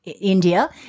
India